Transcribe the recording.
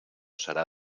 serà